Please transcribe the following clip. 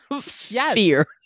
fear